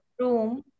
room